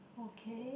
okay